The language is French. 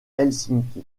helsinki